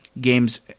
games